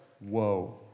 whoa